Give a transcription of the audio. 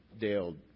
Dale